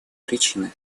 причины